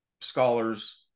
scholars